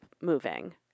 moving